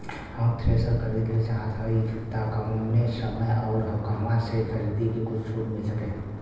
हम थ्रेसर खरीदल चाहत हइं त कवने समय अउर कहवा से खरीदी की कुछ छूट मिल सके?